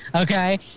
Okay